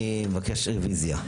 אני מבקש רביזיה.